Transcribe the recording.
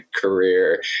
career